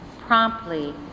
promptly